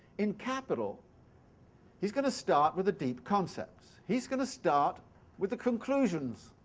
in capital he's going to start with the deep concepts. he's going to start with the conclusions